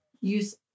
use